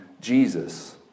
Jesus